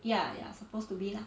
ya ya supposed to be lah